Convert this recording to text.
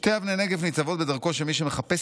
"שתי אבני נגף ניצבות בדרכו של מי שמחפש